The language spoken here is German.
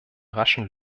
raschen